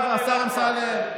השר אמסלם.